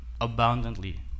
abundantly